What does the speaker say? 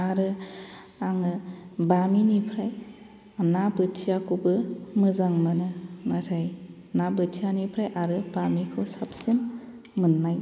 आरो आङो बामिनिफ्राय ना बोथियाखौबो मोजां मोनो नाथाय ना बोथियानिफ्राय आरो बामिखौ साबसिन मोननाय